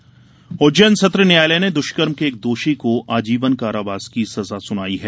दुष्कर्म सजा उज्जैन सत्र न्यायालय ने दुष्कर्म के एक दोषी को आजीवन कारावास की सजा सुनाई है